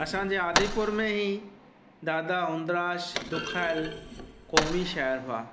असांजे आदिपुर में ई दादा हूंदराज दुखायल क़ौमी शाइर हुआ